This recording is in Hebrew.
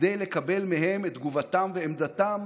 כדי לקבל מהם את תגובתם ועמדתם